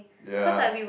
yeah